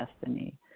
destiny